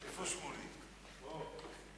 לששת צופי הבודדים.